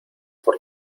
por